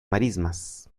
marismas